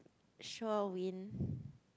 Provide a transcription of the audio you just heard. show a win